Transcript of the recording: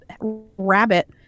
rabbit